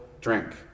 drink